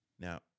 Now